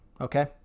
Okay